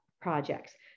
projects